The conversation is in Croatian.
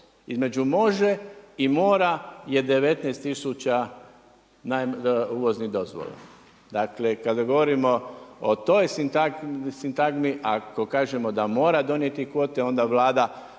između može i mora je 19 tisuća uvoznih dozvola. Kada govorimo o toj sintagmi, ako kažemo da mora donijeti kvote, onda Vlada